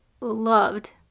loved